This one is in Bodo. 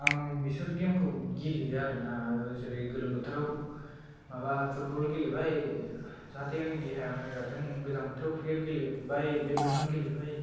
श' आं बिफोर गेमखौ गेलेयो आरोना जेरै गोलोम बोथाराव माबा फुटबल गेलेबाय जाहाथे आंनि देहाया मोजां जाथों गोजां बोथोराव क्रिकेट गेलेबाय बेदमिनटन गेलेबाय